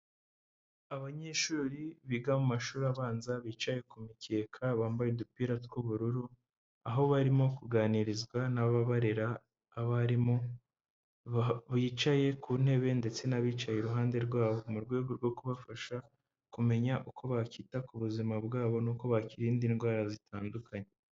Abanyeshuri biga mu mashuri abanza bicaye ku mikeka bambaye udupira tw'ubururu, aho barimo kuganirizwa n'ababarera abarimu bicaye ku ntebe ndetse n'abicaye iruhande rwabo mu rwego rwo kubafasha kumenya uko bakita ku buzima bwabo n'uko bakirinda indwara zitandukanye.